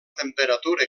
temperatura